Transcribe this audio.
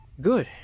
Good